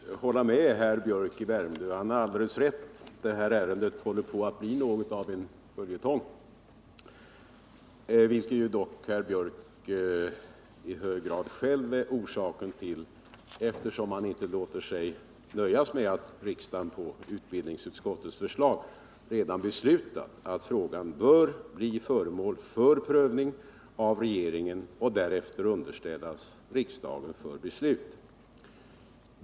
Herr talman! På en punkt kan jag hålla med herr Biörck i Värmdö. Han har alldeles rätt i att det här ärendet håller på att bli något av en följetong — vilket ju dock herr Biörck i hög grad själv är orsaken till, eftersom han inte låter sig nöja med att riksdagen på utbildningsutskottets förslag redan beslutat att frågan bör bli föremål för prövning av regeringen och därefter underställas riksdagen för beslut.